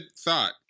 thought